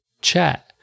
chat